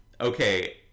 okay